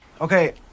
Okay